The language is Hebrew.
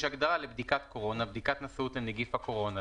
יש הגדרה ל"בדיקת קורונה" בדיקת נשאות לנגיף הקורונה.